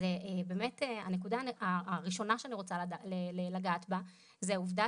אז באמת הנקודה הראשונה שאני רוצה לגעת בה זו העובדה